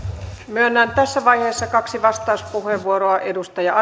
myönnän tässä vaiheessa kaksi vastauspuheenvuoroa edustaja